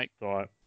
right